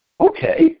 okay